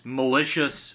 malicious